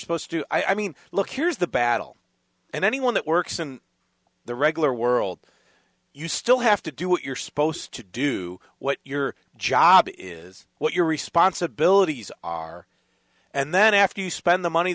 supposed to i mean look here's the battle and anyone that works in the regular world you still have to do what you're supposed to do what your job is what your responsibilities are and then after you spend the money